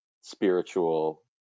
spiritual